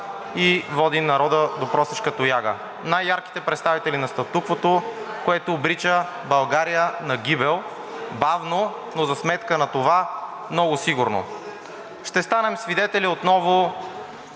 и води народа до просешка тояга. Най-ярките представители на статуквото, което обрича България на гибел – бавно, но за сметка на това много сигурно. Ще станем свидетели отново